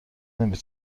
نمی